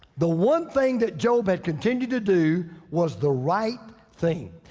the one thing that job, and continued to do was the right thing.